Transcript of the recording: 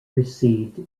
received